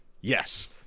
Yes